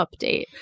update